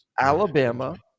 Alabama